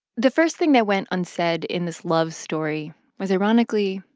the first thing that went unsaid in this love story was ironically,